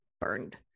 burned